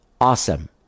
Awesome